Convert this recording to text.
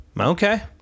Okay